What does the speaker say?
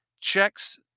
checks